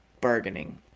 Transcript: bargaining